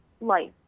life